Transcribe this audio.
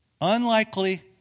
unlikely